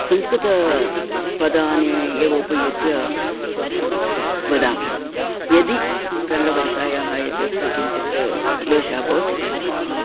संस्कृतापदानि एव उपयुज्य वदामि यदि कन्नडभाषायाः एतत् किञ्चित् क्लेशः भवति चेतपि